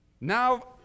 now